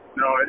no